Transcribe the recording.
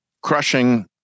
crushing